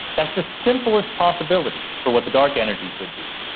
that's the simplest possibility for what the dark energy could be.